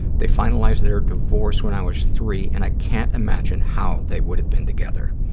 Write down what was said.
they finalized their divorce when i was three and i can't imagine how they would have been together.